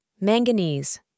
Manganese